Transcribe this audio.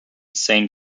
saint